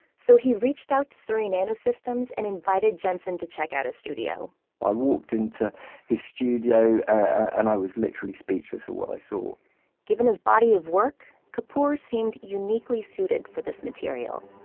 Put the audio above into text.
so he reached out to surrey nanosystems and invited jensen to check out his studio i walked into his studio and i was literally speechless of what i saw given his body of work, kapoor seemed uniquely suited for this material